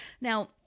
Now